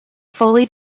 fully